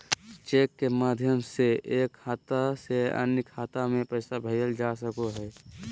cheque के माध्यम से एक खाता से अन्य खाता में पैसा भेजल जा सको हय